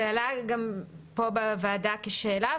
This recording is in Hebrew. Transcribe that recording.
זה עלה גם פה בוועדה כשאלה.